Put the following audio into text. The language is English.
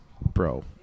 Bro